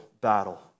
battle